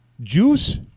Juice